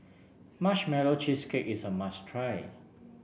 Marshmallow Cheesecake is a must try